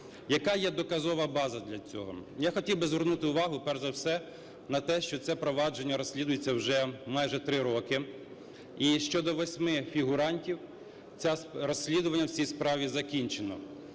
Яка є доказова база для цього. Я хотів би звернути увагу перш за все на те, що це провадження розслідується вже майже 3 роки і щодо 8 фігурантів розслідування в цій справі закінчено.